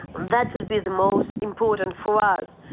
that would be the most important for us.